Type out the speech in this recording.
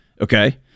Okay